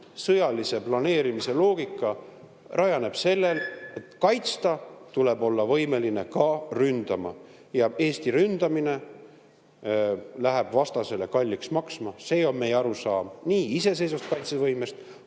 sõjalise planeerimise loogika rajaneb põhimõttel: et kaitsta, tuleb olla võimeline ka ründama. Ja Eesti ründamine läheb vastasele kalliks maksma. See on meie arusaam nii iseseisvast kaitsevõimest